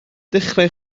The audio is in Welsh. dechrau